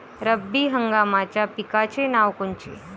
रब्बी हंगामाच्या पिकाचे नावं कोनचे?